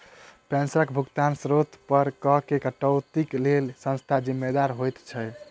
पेंशनक भुगतानक स्त्रोत पर करऽ केँ कटौतीक लेल केँ संस्था जिम्मेदार होइत छैक?